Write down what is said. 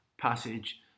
passage